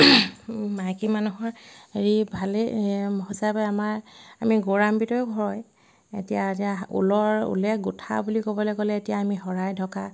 মাইকী মানুহৰ হেৰি ভালেই সঁচাকৈ আমাৰ আমি গৌৰাৱান্বিত হয় এতিয়া যে ঊলৰ ঊলে গোঁঠা বুলি ক'বলৈ গ'লে এতিয়া আমি শৰাই ঢকা